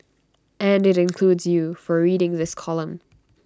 and IT includes you for reading this column